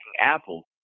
Apple